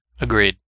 Agreed